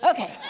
Okay